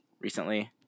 recently